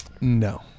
No